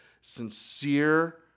sincere